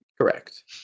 Correct